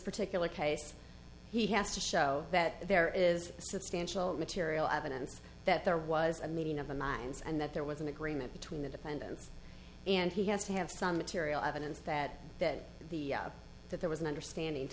particular case he has to show that there is substantial material evidence that there was a meeting of the minds and that there was an agreement between the defendants and he has to have some material evidence that that the that there was an understanding